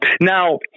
Now